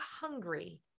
hungry